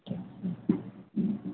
ஓகேவா ம்